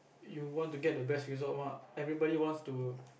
you want to get the best result what everybody wants to